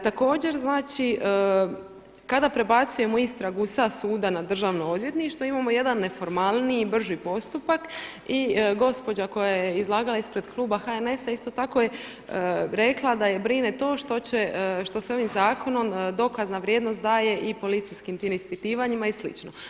Također znači kada prebacujemo istragu sa suda na Državno odvjetništvo imamo jedan neformalniji, brži postupak i gospođa koja je izlagala ispred kluba HNS-a isto tako je rekla da je brine to što se ovim zakonom dokazna vrijednost daje i policijskim tim ispitivanjima i slično.